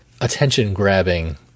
attention-grabbing